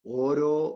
oro